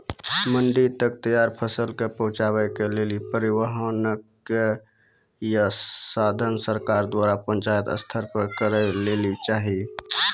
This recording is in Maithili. मंडी तक तैयार फसलक पहुँचावे के लेल परिवहनक या साधन सरकार द्वारा पंचायत स्तर पर करै लेली चाही?